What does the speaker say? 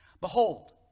Behold